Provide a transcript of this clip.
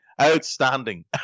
Outstanding